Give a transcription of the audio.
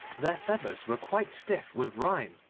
their feathers were quite stiff with rime,